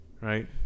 right